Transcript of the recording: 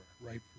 right